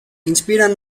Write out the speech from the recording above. inspiran